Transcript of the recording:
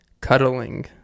cuddling